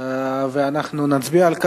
ואנחנו נצביע על כך.